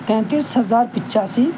تینیس ہزار پچاسی